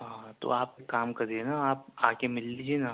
آ تو آپ کام کریے نا آپ آکے مِل لیجیے نا